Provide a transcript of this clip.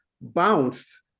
bounced